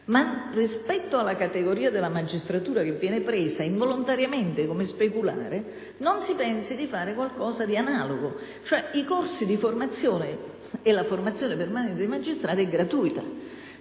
ma rispetto alla categoria della magistratura, che viene presa involontariamente come speculare, non si pensi di fare qualcosa di analogo. I corsi di formazione e la formazione dei magistrati sono gratuiti;